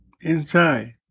inside